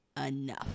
enough